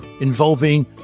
involving